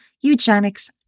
eugenics